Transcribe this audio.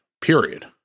period